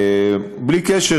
בלי קשר,